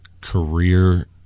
career